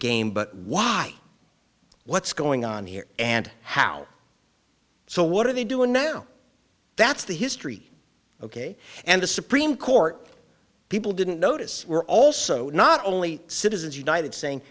game but why what's going on here and how so what are they doing now that's the history ok and the supreme court people didn't notice we're also not only citizens united saying